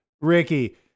Ricky